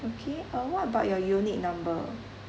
okay uh what about your unit number